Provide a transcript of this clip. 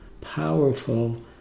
powerful